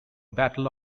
battle